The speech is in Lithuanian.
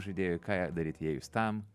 žaidėjui ką daryti jei jūs tam